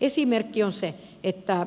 esimerkki on se että